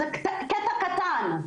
זה קטע קטן,